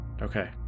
Okay